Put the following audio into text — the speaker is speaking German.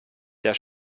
der